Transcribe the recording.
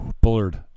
Bullard